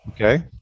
okay